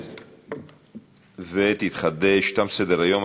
תם סדר-היום.